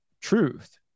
truth